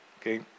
okay